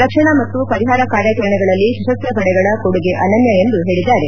ರಕ್ಷಣಾ ಮತ್ತು ಪರಿಹಾರ ಕಾರ್ಯಾಚರಣೆಗಳಲ್ಲಿ ಸಶಸ್ತ ಪಡೆಗಳ ಕೊಡುಗೆ ಅನನ್ಯ ಎಂದು ಹೇಳಿದ್ದಾರೆ